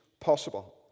possible